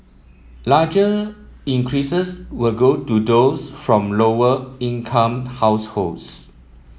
larger increases will go to those from lower income households